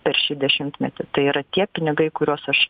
per šį dešimtmetį tai yra tie pinigai kuriuos aš